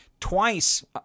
Twice